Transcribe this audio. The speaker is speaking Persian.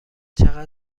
چقدر